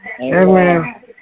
Amen